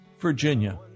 Virginia